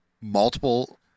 multiple